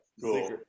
Cool